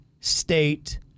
state